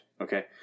Okay